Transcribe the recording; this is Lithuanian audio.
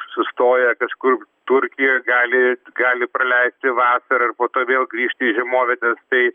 sustoja kažkur turkijoj gali gali praleisti vasarą ir po to vėl grįžti į žiemovietes tai